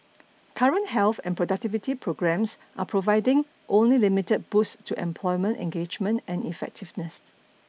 current health and productivity programmes are providing only limited boosts to employment engagement and effectiveness